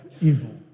evil